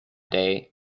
day